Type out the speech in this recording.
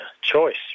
choice